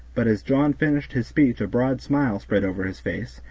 but as john finished his speech a broad smile spread over his face,